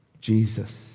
Jesus